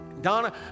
Donna